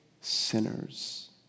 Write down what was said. sinners